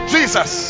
Jesus